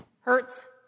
Hurts